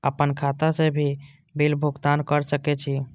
आपन खाता से भी बिल भुगतान कर सके छी?